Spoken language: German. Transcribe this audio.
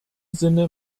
sinne